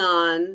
on